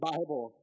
Bible